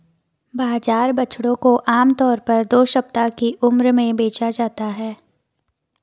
बाजार बछड़ों को आम तौर पर दो सप्ताह की उम्र में बेचा जाता है